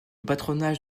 patronage